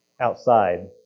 outside